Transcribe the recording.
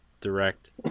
direct